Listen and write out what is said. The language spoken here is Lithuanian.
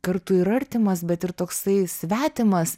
kartu ir artimas bet ir toksai svetimas